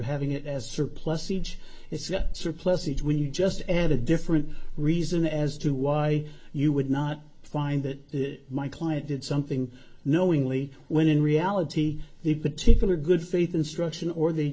having it as surplusage surplusage when you just add a different reason as to why you would not find that my client did something knowingly when in reality the particular good faith instruction or the